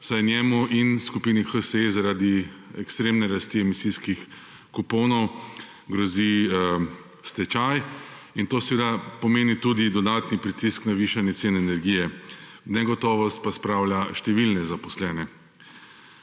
saj njemu in skupini HSE zaradi ekstremne rasti emisijskih kuponov grozi stečaj in to seveda pomeni tudi dodatni pritisk na višanje cen energije, v negotovost pa spravlja številne zaposlene.